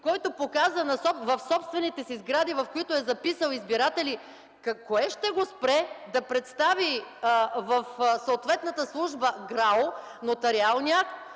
който показа в собствените си сгради, в които е записал избиратели – кое ще го спре да представи в съответната служба ГРАО нотариалния